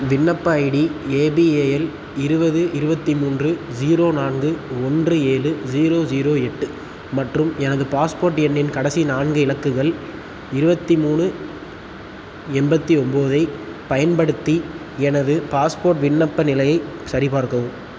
விண்ணப்ப ID A B A L இருபது இருபத்தி மூன்று ஜீரோ நான்கு ஒன்று ஏழு ஜீரோ ஜீரோ எட்டு மற்றும் எனது பாஸ்போர்ட் எண்ணின் கடைசி நான்கு இலக்குகள் இருபத்தி மூணு எண்பத்தி ஒம்போது ஐப் பயன்படுத்தி எனது பாஸ்போர்ட் விண்ணப்ப நிலையை சரிபார்க்கவும்